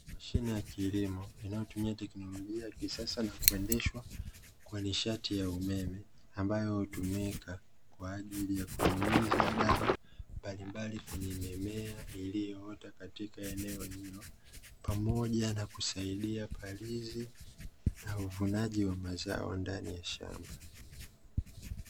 Mashine ya kilimo inayotumia teknolojia ya kisasa na kuendeshwa kwa nishati ya umeme, ambayo hutumika kwa ajili ya kunyunyiza dawa mbalimbali kwenye mimea ilioota katika eneo hilo pamoja na kusaidia palizi na uvunaji wa mazao ndani ya shamba .